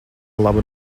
labu